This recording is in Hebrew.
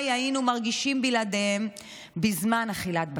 היינו מרגישים בלעדיהן בזמן אכילת בשר.